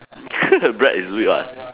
bread is wheat [what]